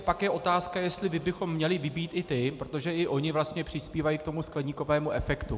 Tak je potom otázka, jestli bychom měli vybít i ty, protože i oni vlastně přispívají k tomu skleníkovému efektu.